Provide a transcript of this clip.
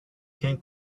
can